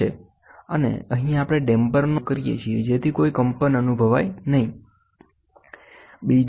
અને અહીં આપણે ડેમ્પરનો ઉપયોગ કરીએ છીએ જેથી કોઈ કંપન અનુભવાય નહીં